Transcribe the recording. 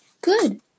Good